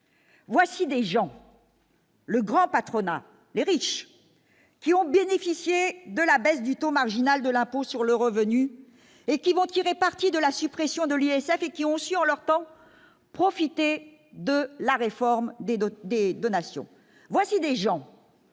voici des gens. Le grand patronat, les riches qui ont bénéficié de la baisse du taux marginal de l'impôt sur le revenu et qui vont tirer parti de la suppression de l'ISF et qui ont aussi ont leur temps, profiter de la réforme des données des donations, voici des gens